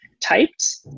typed